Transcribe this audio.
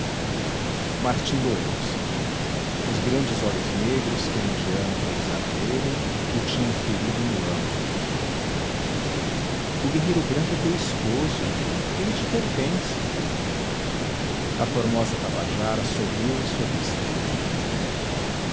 martim doeu se os grandes olhos negros que a indiana pousara nele o tinham ferido no âmago o guerreiro branco é teu esposo ele te pertence a formosa tabajara sorriu em sua tristeza